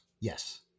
Yes